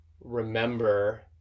remember